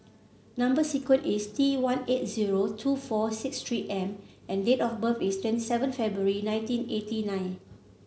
number sequence is T one eight zero two four six three M and date of birth is twenty seven February nineteen eighty nine